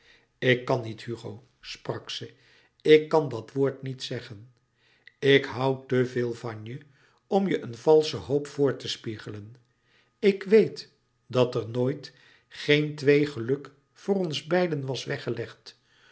ik kan niet hugo sprak ze ik kan dat woord niet zeggen ik hoû te veel van je om je een valsche hoop voor te spiegelen ik weet louis couperus metamorfoze dat er nooit geen twee geluk voor ons beiden was weggelegd